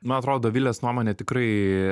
man atrodo dovilės nuomonė tikrai